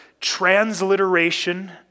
transliteration